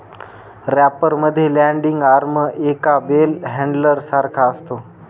wrapper मध्ये landing arm एका bell handler सारखा असतो